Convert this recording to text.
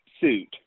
suit